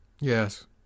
Yes